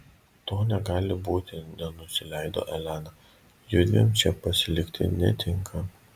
to negali būti nenusileido elena judviem čia pasilikti netinka